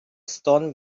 stone